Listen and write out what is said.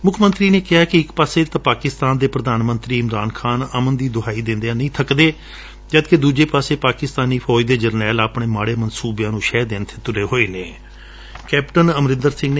ਮੁੱਖ ਮੰਤਰੀ ਨੇ ਕਿਹਾ ਕਿ ਇਕ ਪਾਸੇ ਤਾਂ ਪਾਕਿਸਤਾਨ ਦੇ ਪ੍ਰਧਾਨ ਮੰਤਰੀ ਇਮਰਾਨ ਖਾਨ ਅਮਨ ਦੀ ਦੁਹਾਈ ਦਿੰਦੇ ਨਹੀਂ ਬਕਦੇ ਜਦਕਿ ਦੂਜੇ ਪਾਸੇ ਪਾਕਿਸਤਾਨੀ ਫੌਜ ਦੇ ਜਰਨੈਲ ਆਪਣੇ ਮਾੜੇ ਮਨਸੂਬਿਆਂ ਨੂੰ ਸ਼ਹਿ ਦੇਣ ਵਿਚ ਤੁਲੇ ਹੋਏ ਨੇ